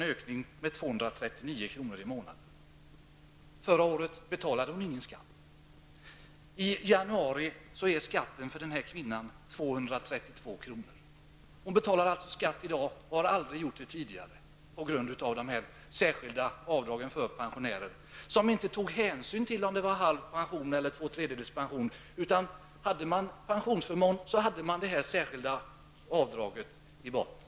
Förra året behövde hon inte betala någon skatt. Från januari uppgår hennes skatt till 232 kr. Den här kvinnan har aldrig tidigare betalat skatt, men det gör hon i dag till följd av de särskilda avdragen för pensionärer. Vid beräkning av dessa avdrag togs det inte hänsyn till om det rörde sig om halv pension eller pension till två tredjedelar, utan hade man pension så låg det särskilda avdraget i botten.